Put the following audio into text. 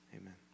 amen